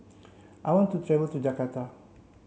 I want to travel to Jakarta